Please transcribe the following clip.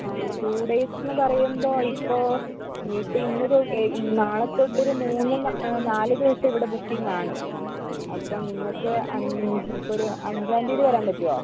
ആ two days എന്ന് പറയുമ്പോൾ ഇപ്പോൾ ഇപ്പോൾ ഇന്നുതൊ ഏ നാളെത്തൊട്ട് ഒരു മൂന്നുനാല് ദിവസം ഇവിടെ ബുക്കിംഗ് ആണ് അപ്പോൾ നിങ്ങൾക്ക് അൻ ഇപ്പോൾ ഒരു അഞ്ചാംതീയതി വരാൻ പറ്റുവോ